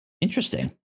interesting